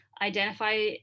identify